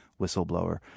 whistleblower